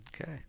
Okay